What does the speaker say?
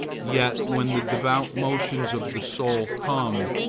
yet when the devout motions of the soul come,